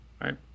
right